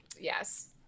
Yes